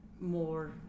more